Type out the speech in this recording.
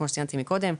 כמו שציינתי מקודם,